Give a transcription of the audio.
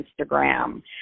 instagram